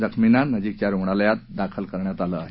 जखमींना नजीकच्या रुग्णालयात दाखल करण्यात आलं आहे